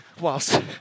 whilst